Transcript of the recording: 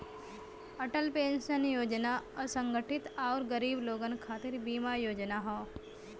Atal pension Yojana असंगठित आउर गरीब लोगन खातिर बीमा योजना हौ